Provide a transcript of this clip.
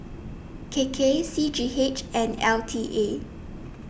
K K C G H and L T A